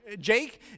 Jake